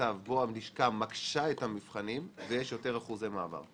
מצב בו הלשכה מקשה את המבחנים ויש יותר אחוזי מעבר,